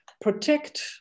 protect